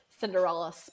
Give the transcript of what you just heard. Cinderella